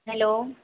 hello